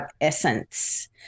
essence